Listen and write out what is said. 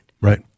Right